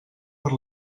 per